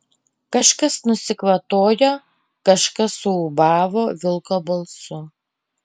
kažkas nusikvatojo kažkas suūbavo vilko balsu